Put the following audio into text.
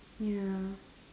ya